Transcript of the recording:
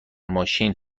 ماشین